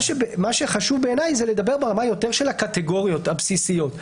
מה שחשוב בעיניי זה לדבר ברמה יותר של הקטגוריות הבסיסיות.